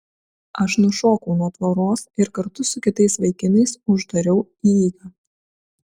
aš nušokau nuo tvoros ir kartu su kitais vaikinais uždariau įeigą